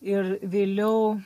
ir vėliau